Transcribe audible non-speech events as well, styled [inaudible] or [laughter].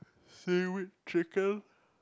[noise] seaweed chicken